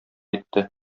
итте